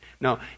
No